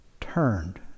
turned